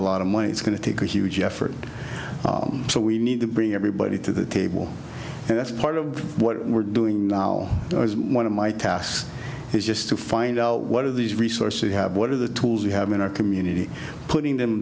a lot of money it's going to take a huge effort so we need to bring everybody to the table and that's part of what we're doing now is one of my tasks is just to find out what are these resources you have what are the tools we have in our community putting them